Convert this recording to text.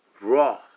Raw